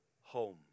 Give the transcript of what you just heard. home